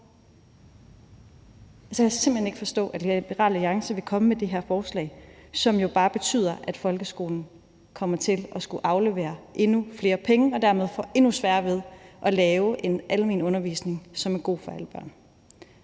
Så jeg kan simpelt hen ikke forstå, at Liberal Alliance vil komme med det her forslag, som jo bare betyder, at folkeskolen kommer til at skulle aflevere endnu flere penge og dermed får endnu sværere ved at lave en almen undervisning, som er god for alle børn.